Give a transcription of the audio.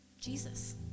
Jesus